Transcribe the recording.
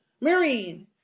Marine